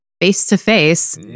face-to-face